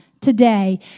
today